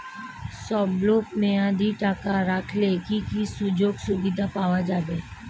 স্বল্পমেয়াদী টাকা রাখলে কি কি সুযোগ সুবিধা পাওয়া যাবে?